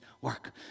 work